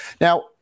Now